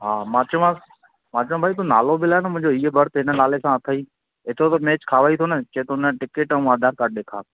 हा मां चयमांसि मां चयुमि भई तूं नालो मिलाए न मुंहिंजो इहो बर्थ हिन नाले सां अथई एतिरो त मेच ठहियई थो न चवे थो न टिकेट ऐं आधार काड ॾेखारि